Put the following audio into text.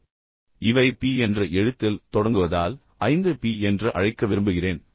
நான் அவற்றை ஐந்து பி என்று அழைக்க விரும்புகிறேன் ஏனெனில் இந்த வார்த்தைகள் அனைத்தும் பி என்ற எழுத்தில் தொடங்குகின்றன